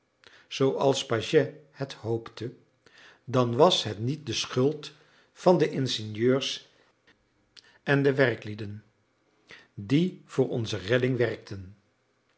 zooals pagès het hoopte dan was het niet de schuld van de ingenieurs en de werklieden die voor onze redding werkten